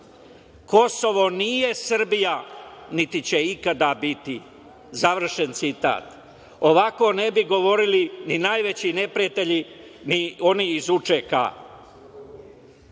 „Kosovo nije Srbija niti će ikada biti“, završen citat. Ovako ne bi govorili ni najveći neprijatelji ni oni iz UČK.